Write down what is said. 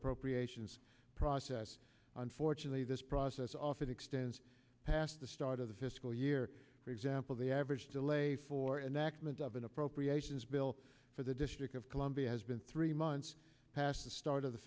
appropriations process unfortunately this process often extends past the start of the fiscal year for example the average delay for enactment of an appropriations bill for the district of columbia has been three months past the start of the